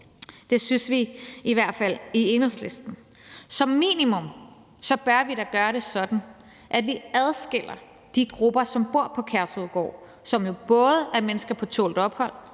Det synes vi i hvert fald i Enhedslisten. Som minimum bør vi da gøre det sådan, at vi adskiller de grupper, som bor på Kærshovedgård, som jo både er mennesker på tålt ophold,